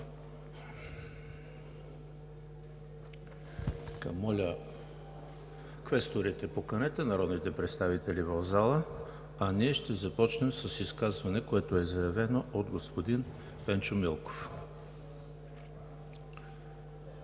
Моля, квесторите, поканете народните представители в залата, а ние ще започнем с изказване, заявено от господин Пенчо Милков.